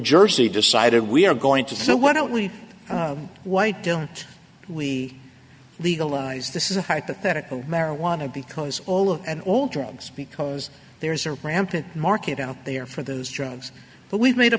jersey decided we are going to so why don't we why don't we legalize this is a hypothetical marijuana because all of and all drugs because there's a rampant market out there for those drugs but we've made a